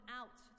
out